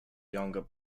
younger